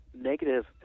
negative